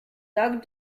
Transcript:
doug